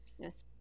Yes